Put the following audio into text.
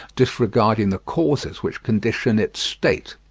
disregarding the causes which condition its state.